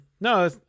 no